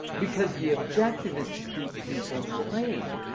because the objective is to keep people playing,